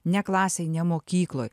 ne klasėj ne mokykloj